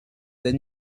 their